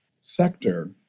sector